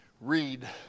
read